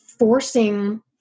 Forcing